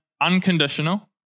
unconditional